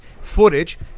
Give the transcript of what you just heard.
footage